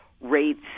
rates